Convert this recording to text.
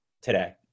today